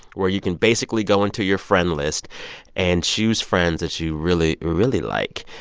where you can basically go into your friend list and choose friends that you really, really like.